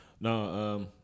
No